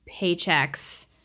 paychecks